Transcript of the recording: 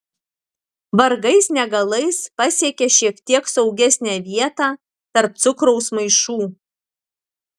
vargais negalais pasiekia šiek tiek saugesnę vietą tarp cukraus maišų